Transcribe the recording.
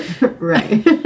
Right